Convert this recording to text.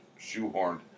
Shoehorned